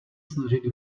snažit